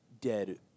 dead